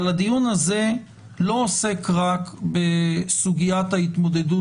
אבל הדיון הזה לא עוסק רק בסוגיית ההתמודדות